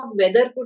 weather